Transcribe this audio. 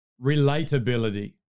relatability